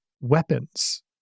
weapons